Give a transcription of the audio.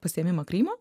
pasiėmimą krymo